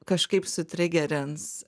kažkaip sutrigerins